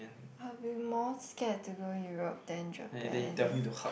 I'll be more scared to go Europe than Japan